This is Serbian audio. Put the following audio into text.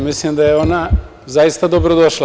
Mislim da je ona zaista dobrodošla.